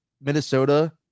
Minnesota